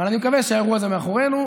אבל אני מקווה שהאירוע הזה מאחורינו.